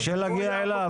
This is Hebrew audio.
קשה להגיע אליו